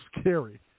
scary